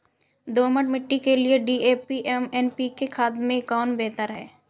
दोमट मिट्टी के लिए डी.ए.पी एवं एन.पी.के खाद में कौन बेहतर है?